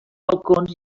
balcons